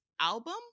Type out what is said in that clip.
album